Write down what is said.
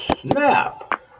snap